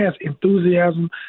enthusiasm